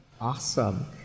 awesome